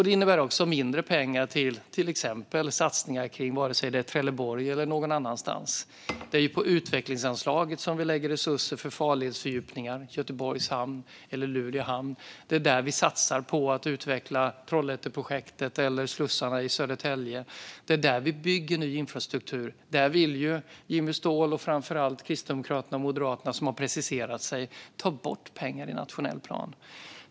Det innebär också mindre pengar till exempelvis satsningar kring Trelleborg eller någon annanstans. Det är på utvecklingsanslaget som vi lägger resurser för farledsfördjupningar för Göteborgs eller Luleå hamn, och det är där vi satsar på att utveckla Trollhätteprojektet eller slussarna i Södertälje. Det är där vi bygger ny infrastruktur. Jimmy Ståhl, och framför allt Kristdemokraterna och Moderaterna som har preciserat sig, vill dock ta bort pengar i nationell plan.